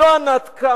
לא ענת קם